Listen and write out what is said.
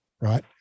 right